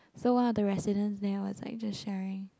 so one of the residents there was like just sharing